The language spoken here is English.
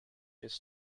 this